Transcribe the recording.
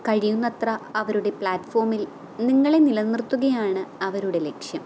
കഴിയുന്നത്ര അവരുടെ പ്ലാറ്റ്ഫോമിൽ നിങ്ങളെ നിലനിർത്തുകയാണ് അവരുടെ ലക്ഷ്യം